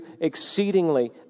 exceedingly